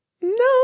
No